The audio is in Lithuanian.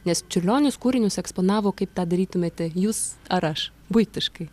nes čiurlionis kūrinius eksponavo kaip tą darytumėte jūs ar aš buitiškai